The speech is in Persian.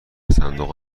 صندوق